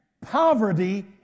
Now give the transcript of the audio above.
poverty